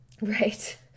Right